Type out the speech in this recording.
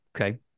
Okay